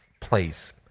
place